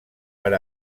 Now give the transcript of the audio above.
per